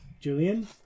Julian